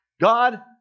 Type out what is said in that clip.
God